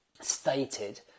stated